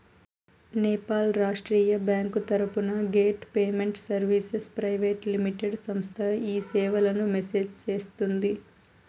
నేపాల్ రాష్ట్రీయ బ్యాంకు తరపున gate payment services private limited సంస్థ ఈ సేవలను మేనేజ్ సేస్తుందా?